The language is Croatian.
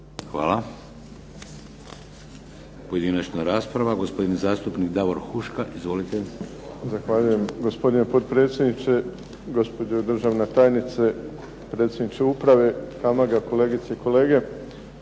Hvala. Pojedinačna rasprava. Gospodin zastupnik Davor Huška. Izvolite. **Huška, Davor (HDZ)** Zahvaljujem gospodine potpredsjedniče, gospođo državna tajnice, predsjedniče uprave "HAMAG-a", kolegice i kolege.